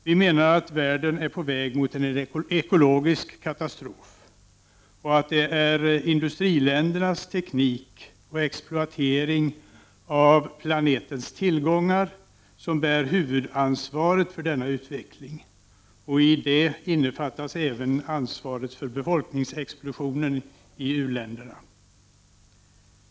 Vi menar att världen är på väg mot ekologisk katastrof och att det är industriländernas teknik och exploatering av planetens tillgångar som bär huvudansvaret för denna utveckling — och det innefattar ansvaret för befolkningsexplosionen i u-länderna.